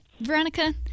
Veronica